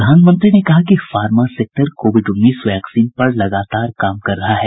प्रधानमंत्री ने कहा कि फार्मा सेक्टर कोविड उन्नीस वैक्सीन पर लगातार काम कर रहा है